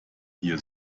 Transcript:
hier